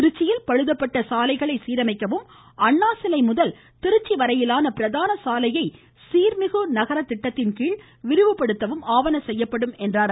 திருச்சியில் பழுதுபட்டுள்ள சாலைகளை சீரமைக்கவும் அண்ணாசிலை முதல் திருச்சி வரையிலான பிராதான சாயையை சீர்மிகு நகர திட்டத்தின் கீழ் விரிவு படுத்தவும் ஆவன செய்யப்படும் என்றார்